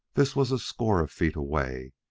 this was a score of feet away,